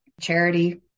charity